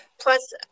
Plus